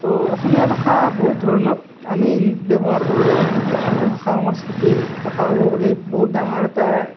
তো অসমীয়া ভাষা বহুত ধৰণত আমি ব্যৱহাৰ কৰোঁ আমি অসমীয়া ভাষা সংস্কৃতিৰ কথা ক'ব গ'লে বহুত ডাঙৰ এটা